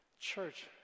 church